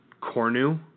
cornu